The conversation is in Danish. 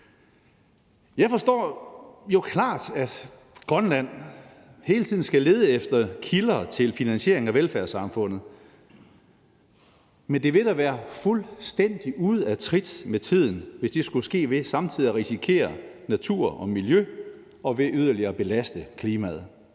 Jeg forstår jo klart, at Grønland hele tiden skal lede efter kilder til finansiering af velfærdssamfundet. Men det ville være fuldstændig ud af trit med tiden, hvis det skulle ske ved samtidig at risikere natur og miljø og ved yderligere at belaste klimaet.